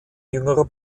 jüngerer